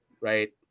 right